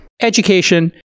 Education